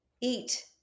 eat